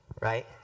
right